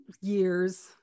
years